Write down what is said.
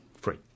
Free